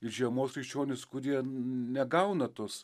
ir žiemos krikščionys kurie negauna tos